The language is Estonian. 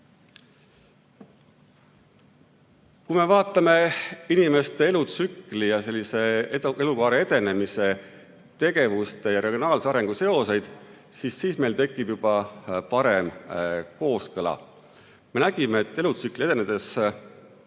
Kui me vaatame inimeste elutsükli, elukaare edenemise, tegevuste ja regionaalse arengu seoseid, siis meil tekib juba parem kooskõla. Me nägime, et elutsükli edenedes